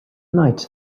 night